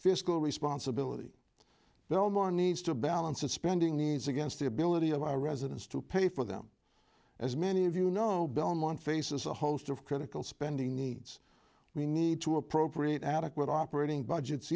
fiscal responsibility though more needs to balance a spending needs against the ability of our residents to pay for them as many of you know belmont faces a host of critical spending needs we need to appropriate adequate operating budgets